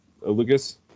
Lucas